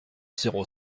zéro